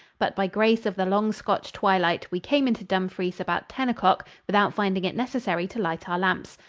but by grace of the long scotch twilight, we came into dumfries about ten o'clock without finding it necessary to light our lamps.